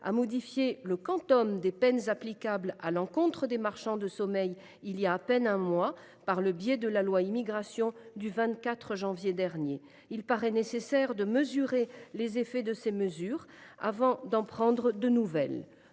modifié le quantum des peines applicables à l’encontre des marchands de sommeil voilà à peine un mois, dans le cadre de la loi Immigration du 24 janvier dernier. Il nous a paru nécessaire d’apprécier les effets de ces mesures avant d’en prendre de nouvelles.